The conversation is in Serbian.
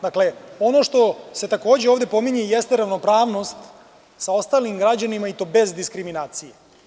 Dakle, ono što se takođe ovde pominje jeste ravnopravnost sa ostalim građanima, i to bez diskriminacije.